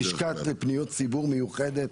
במליאת הכנסת --- לשכת פניות ציבור מיוחדת,